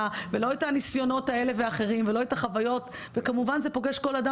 הצעירים האלה שאתה פוגש,